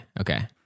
okay